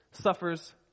suffers